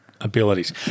abilities